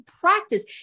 practice